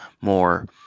more